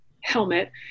helmet